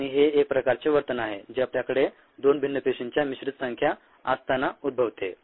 आणि हे एक प्रकारचे वर्तन आहे जे आपल्याकडे दोन भिन्न पेशींच्या मिश्रित संख्या असताना उद्भवते